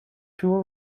tool